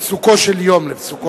ל"פסוקו של יום".